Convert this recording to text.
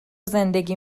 زندگی